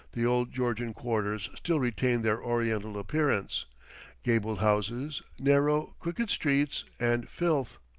the old georgian quarters still retain their oriental appearance gabled houses, narrow, crooked streets, and filth.